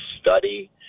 study